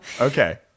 okay